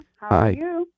Hi